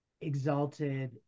exalted